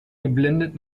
geblendet